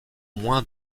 moins